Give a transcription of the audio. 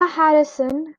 harrison